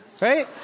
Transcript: Right